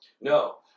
No